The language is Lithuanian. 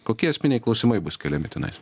kokie esminiai klausimai bus keliami tenais